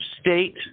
state